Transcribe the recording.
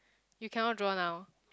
you cannot draw now